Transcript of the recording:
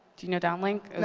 do you know downelink? and